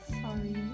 sorry